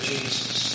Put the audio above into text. Jesus